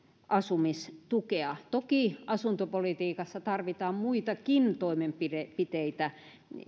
asumistukea toki asuntopolitiikassa tarvitaan muitakin toimenpiteitä